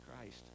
Christ